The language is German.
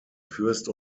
fürst